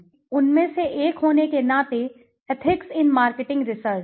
एक होने उनमें से एक होने के नाते एथिक्स इन मार्केटिंग रिसर्च